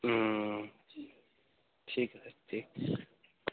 हूं ठीक ऐ